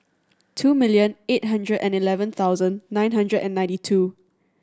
two million eight hundred and eleven thousand nine hundred and ninety two